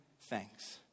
thanks